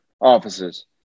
offices